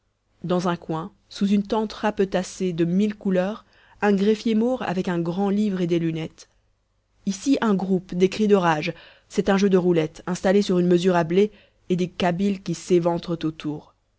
dans un coin sous une tente rapetassée de mille couleurs un greffier maure avec un grand livre et des lunettes ici un groupe des cris de rage c'est un jeu de roulette installé sur une mesure à blé et des kabyles qui s'éventrent autour